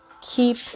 keep